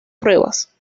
pruebas